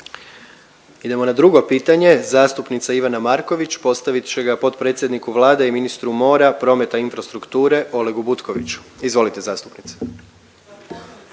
Idemo na drugo pitanje, zastupnica Ivana Marković postavit će ga potpredsjedniku Vlade i ministru mora, prometa i infrastrukture Olegu Butkoviću. Izvolite zastupnice.